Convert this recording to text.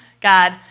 God